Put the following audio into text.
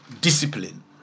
Discipline